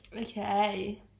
Okay